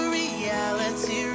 reality